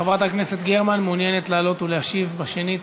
חברת הכנסת גרמן, מעוניינת לעלות ולהשיב בשנית?